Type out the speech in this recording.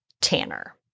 Tanner